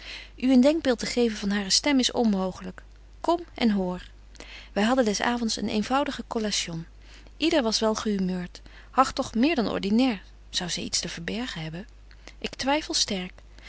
een denkbeeld te geven van hare stem is onmooglyk kom en hoor wy hadden des avonds een eenvoudig collation yder was wel gehumeurt hartog meer dan ordinair zou zy iets te verbergen hebben ik twyffel sterk